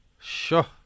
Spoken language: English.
Sure